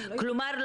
כלומר,